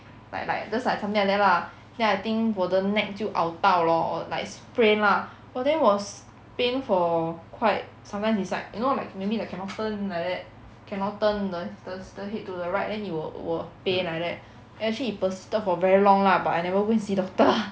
like like just like something like that lah then I think 我的 neck 就拗到 lor or like sprain lah !wah! then was pain for quite sometimes is like you know like maybe cannot turn like that cannot turn the the the head to the right then you will will pain like then actually it persisted for very long lah but I never go and see doctor ah